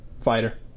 Fighter